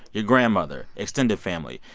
your grandmother, extended family.